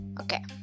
Okay